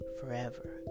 forever